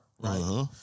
Right